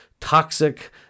toxic